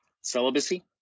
Celibacy